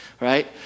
right